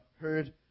heard